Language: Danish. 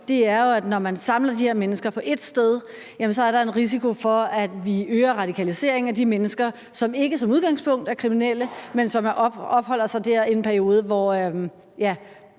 om, er jo, at når man samler de her mennesker på ét sted, er der en risiko for, at vi øger radikaliseringen af de mennesker, som ikke som udgangspunkt er kriminelle, men som opholder sig der i en periode, hvor